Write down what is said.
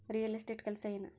real estate ಕೆಲಸ ಏನು